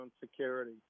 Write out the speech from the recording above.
security